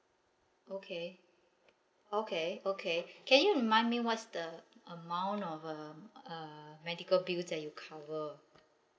okay okay okay can you remind me what's the amount of uh uh medical bills that you cover